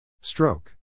Stroke